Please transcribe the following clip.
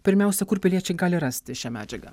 pirmiausia kur piliečiai gali rasti šią medžiagą